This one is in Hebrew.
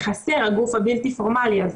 חסר הגוף הבלתי פורמלי הזה.